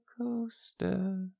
coaster